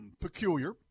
peculiar